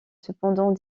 cependant